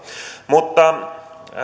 mutta